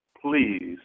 please